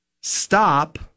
stop